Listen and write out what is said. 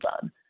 done